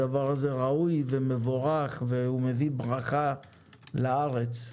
הדבר הזה ראוי ומבורך ומביא ברכה לארץ.